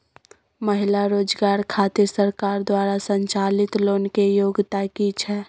महिला रोजगार खातिर सरकार द्वारा संचालित लोन के योग्यता कि छै?